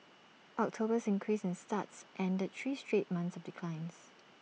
October's increase in starts ended three straight months of declines